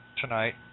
tonight